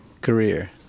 career